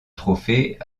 trophée